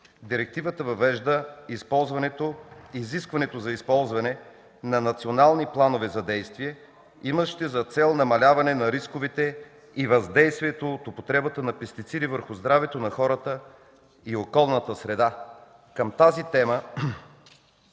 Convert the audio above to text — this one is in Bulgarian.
Директивата въвежда изискването за използване на национални планове за действие, имащи за цел намаляване на рисковете и въздействието от употребата на пестициди върху здравето на хората и околната среда. Към тази тема